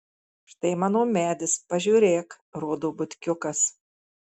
štai mano medis pažiūrėk rodo butkiukas